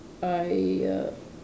I err